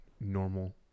normal